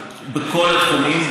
בכל התחומים,